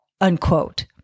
unquote